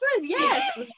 yes